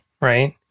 Right